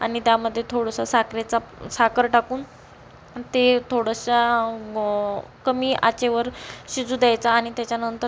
आणि त्यामध्ये थोडंसं साखरेचा साखर टाकून ते थोडंसा कमी आचेवर शिजू द्यायचा आणि त्याच्यानंतर